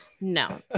no